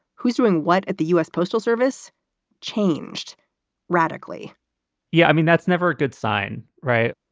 who's doing what at the u s. postal service changed radically yeah, i mean, that's never a good sign, right?